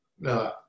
no